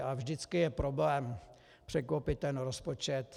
A vždycky je problém překlopit ten rozpočet.